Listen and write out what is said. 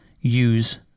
use